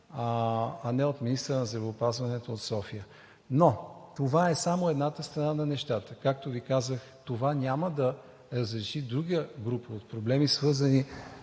а не от министъра на здравеопазването от София? Но това е само едната страна на нещата. Както Ви казах, това няма да разреши друга група от проблеми, свързани